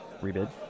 Rebid